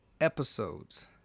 episodes